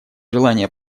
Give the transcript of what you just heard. желание